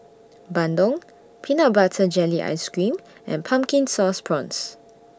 Bandung Peanut Butter Jelly Ice Cream and Pumpkin Sauce Prawns